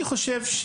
אני חושב,